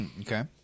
Okay